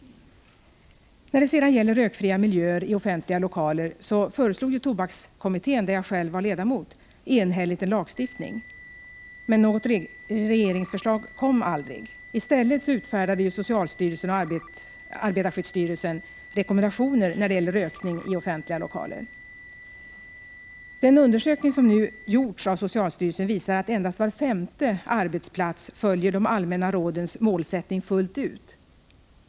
I fråga om rökfria miljöer i offentliga lokaler föreslog ju tobakskommittén, där jag själv var ledamot, enhälligt en lagstiftning. Något regeringsförslag kom dock aldrig. I stället utfärdade socialstyrelsen och arbetarskyddsstyrelsen rekommendationer när det gäller rökning i offentliga lokaler. Den undersökning som nu gjorts av socialstyrelsen visar att endast var femte arbetsplats följer de allmänna rådens målsättning fullt ut.